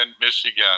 Michigan